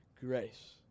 grace